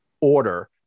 order